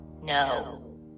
No